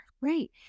right